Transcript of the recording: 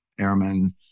airmen